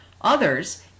Others